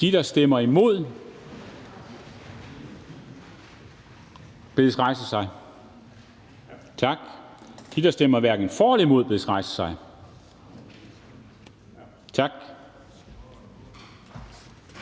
De, der stemmer imod, bedes rejse sig. Tak. De, der stemmer hverken for eller imod, bedes rejse sig. Tak.